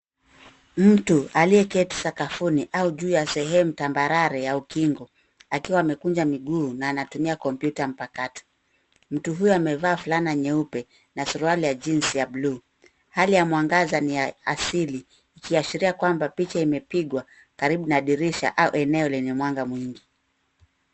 Mtu aliyeketi sakafuni au juu ya sehemu tambarare ya ukingo, akiwa amekunja miguu na anatumia kompyuta mpakato. Mtu huyu amevaa fulana nyeupe na suruali ya jeans ya buluu. Hali ya mwangaza ni ya asili, ikiashiria kwamba picha imepigwa karibu na dirisha au eneo lenye mwanga mwingi.